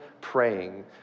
praying